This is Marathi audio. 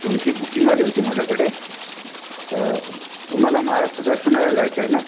तुमची बुकिंग आली होती माझ्याकडे तर तुम्हाला महाराष्ट्र दर्शनाला जायचं आहे ना